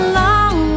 long